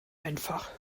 einfach